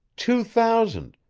two thousand,